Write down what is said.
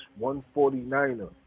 149er